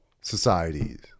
societies